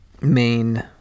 main